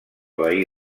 veí